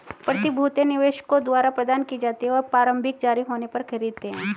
प्रतिभूतियां निवेशकों द्वारा प्रदान की जाती हैं जो प्रारंभिक जारी होने पर खरीदते हैं